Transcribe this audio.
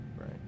Right